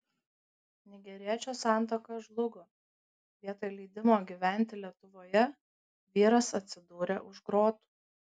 nigeriečio santuoka žlugo vietoj leidimo gyventi lietuvoje vyras atsidūrė už grotų